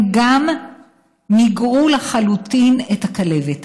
הם מיגרו לחלוטין את הכלבת.